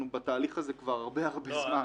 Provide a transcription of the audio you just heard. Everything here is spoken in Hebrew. אנחנו בתהליך הזה כבר הרבה זמן.